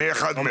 אני אחד מהן.